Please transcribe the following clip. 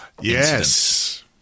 Yes